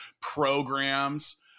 programs